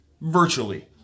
Virtually